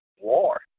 war